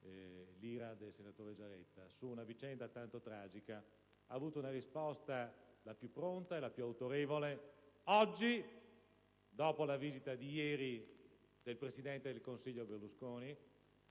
provato a speculare su una vicenda tanto tragica, ha avuto una risposta oggi, la più pronta e la più autorevole, dopo la visita di ieri del presidente del Consiglio, Berlusconi,